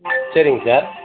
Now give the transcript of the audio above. சரிங்க சார்